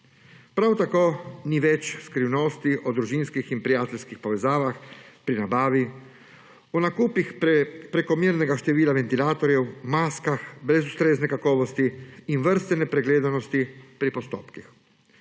Prav tako ni več skrivnosti o družinskih in prijateljskih povezavah pri nabavi, o nakupih prekomernega števila ventilatorjev, maskah brez ustrezne kakovosti in vrste nepreglednosti pri postopkih.